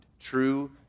true